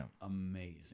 amazing